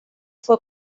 fue